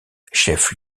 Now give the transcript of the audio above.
chef